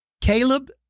Caleb